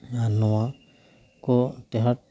ᱟᱨ ᱱᱚᱣᱟ ᱠᱚ ᱴᱮᱸᱦᱟᱴ